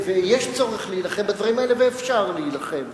יש צורך להילחם בדברים האלה ואפשר להילחם